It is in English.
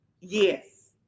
Yes